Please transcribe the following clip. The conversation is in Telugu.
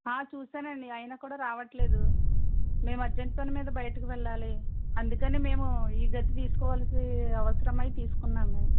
ఆ చూశానండి అయినా కూడా రావట్లేదు మేము అర్జెంట్ పని మీద బయటకు వెళ్ళాలి అందుకని మేము ఈ గది తీసుకోవాల్సి అవసరమై తీసుకున్నాము మేము